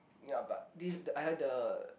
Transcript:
yea but this I had the